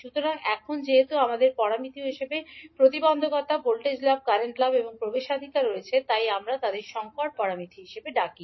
সুতরাং এখন যেহেতু আমাদের প্যারামিটার হিসাবে প্রতিবন্ধকতা ভোল্টেজ লাভ কারেন্ট লাভ এবং প্রবেশাধিকার রয়েছে তাই আমরা তাদের সংকর প্যারামিটার হিসাবে ডাকি